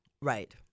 Right